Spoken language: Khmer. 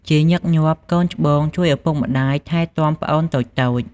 ជាញឹកញាប់ កូនច្បងជួយឪពុកម្តាយថែទាំប្អូនតូចៗ។